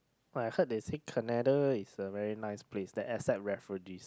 I heard they said Canada is a very nice place the asset refugees